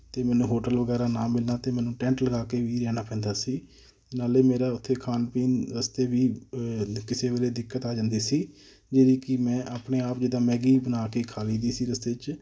ਅਤੇ ਮੈਨੂੰ ਹੋਟਲ ਵਗੈਰਾ ਨਾ ਮਿਲਣਾ ਤਾਂ ਮੈਨੂੰ ਟੈਂਟ ਲਗਾ ਕੇ ਵੀ ਰਹਿਣਾ ਪੈਂਦਾ ਸੀ ਨਾਲੇ ਮੇਰਾ ਉੱਥੇ ਖਾਣ ਪੀਣ ਰਸਤੇ ਵੀ ਕਿਸੇ ਵੇਲੇ ਦਿੱਕਤ ਆ ਜਾਂਦੀ ਸੀ ਜਿਹੜੀ ਕਿ ਮੈਂ ਆਪਣੇ ਆਪ ਜਿੱਦਾਂ ਮੈਗੀ ਬਣਾ ਕੇ ਖਾ ਲਈ ਦੀ ਸੀ ਰਸਤੇ 'ਚ